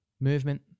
movement